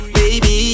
baby